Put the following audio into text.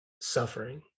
suffering